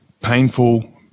painful